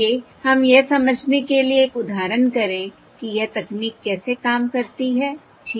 आइए हम यह समझने के लिए एक उदाहरण करें कि यह तकनीक कैसे काम करती है ठीक है